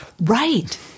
Right